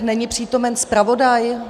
Není přítomen zpravodaj?